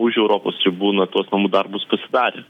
už europos ribų na tuos namų darbus pasidarė